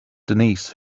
denise